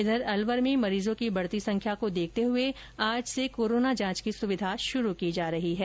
इधर अलवर में मरीजों की बढ़ती संख्या को देखते हुए आज से कोरोना जांच की सुविधा शुरू की जा रही है